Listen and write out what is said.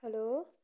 hello